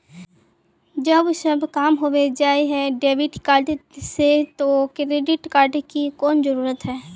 जब सब काम होबे जाय है डेबिट कार्ड से तो क्रेडिट कार्ड की कोन जरूरत है?